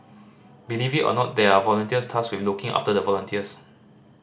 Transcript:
believe it or not there are volunteers tasked with looking after the volunteers